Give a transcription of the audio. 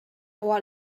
what